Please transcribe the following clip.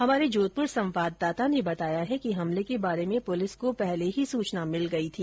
हमारे जोधपुर संवाददाता ने बताया कि हमले के बारे में पुलिस को पहले ही सूचना मिल गई थी